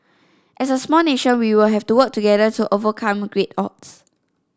as a small nation we will have to work together to overcome great odds